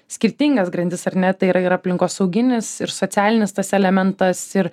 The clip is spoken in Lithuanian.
skirtingas grandis ar ne tai yra ir aplinkosauginis ir socialinis tas elementas ir